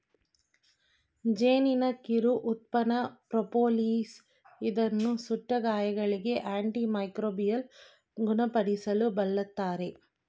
ಜೇನಿನ ಕಿರು ಉತ್ಪನ್ನ ಪ್ರೋಪೋಲಿಸ್ ಇದನ್ನು ಸುಟ್ಟ ಗಾಯಗಳಿಗೆ, ಆಂಟಿ ಮೈಕ್ರೋಬಿಯಲ್ ಗುಣಪಡಿಸಲು ಬಳ್ಸತ್ತರೆ